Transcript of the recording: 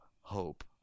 hope